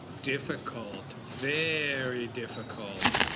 difficult, very difficult.